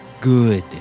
good